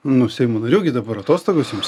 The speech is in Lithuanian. nu seimo narių gi dabar atostogos jums